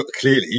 clearly